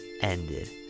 ended